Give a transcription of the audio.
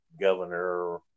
governor